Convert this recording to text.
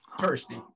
thirsty